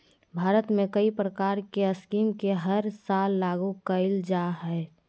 भारत में कई प्रकार के स्कीम के हर साल लागू कईल जा हइ